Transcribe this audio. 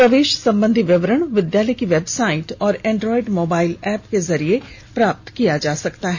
प्रवेश संबंधी विवरण विद्यालय की वेबसाइट और एंड्रोएड मोबाइल ऐप के जरिए प्राप्त किया जा सकता है